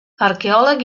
arqueòleg